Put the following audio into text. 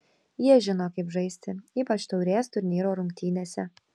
jie žino kaip žaisti ypač taurės turnyro rungtynėse